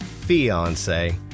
Fiance